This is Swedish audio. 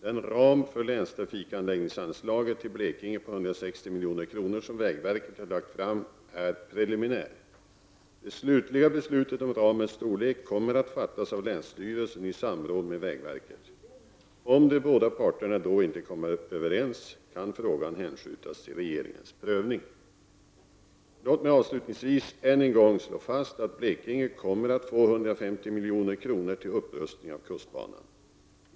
Den ram för länstrafikanläggningsanslaget till Blekinge på 160 milj.kr. som vägverket har lagt fram är preliminär. Det slutliga beslutet om ramens storlek kommer att fattas av länsstyrelsen i samråd med vägverket. Om de båda parterna då inte kommer överens, kan frågan hänskjutas till regeringens prövning. Låt mig avslutningsvis ännu en gång slå fast att Blekinge kommer att få 150 milj.kr. till upprustning av kustbanan.